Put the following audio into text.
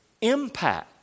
impact